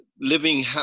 living